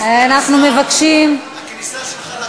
קצר.